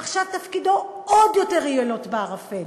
עכשיו תפקידו עוד יהיה יותר לוט בערפל,